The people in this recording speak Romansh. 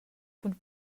cun